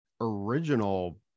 original